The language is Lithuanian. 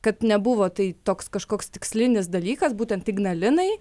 kad nebuvo tai toks kažkoks tikslinis dalykas būtent ignalinai